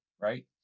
right